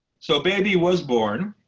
so baby was born.